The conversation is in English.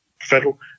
federal